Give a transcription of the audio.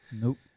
Nope